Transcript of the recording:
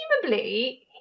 Presumably